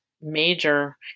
major